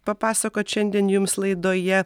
papasakot šiandien jums laidoje